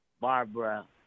Barbara